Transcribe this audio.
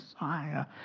Messiah